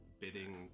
bidding